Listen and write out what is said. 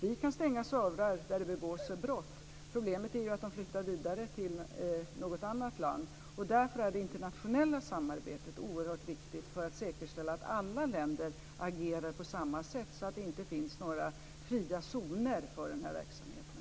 Vi kan stänga servrar där det begås brott. Problemet är ju att de flyttar vidare till något annat land. Det internationella samarbetet är oerhört viktigt för att säkerställa att alla länder agerar på samma sätt så att det inte finns några fria zoner för den här verksamheten.